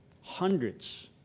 hundreds